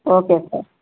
okay sir